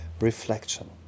reflection